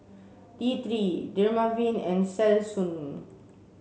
T three Dermaveen and Selsun